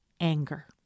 anger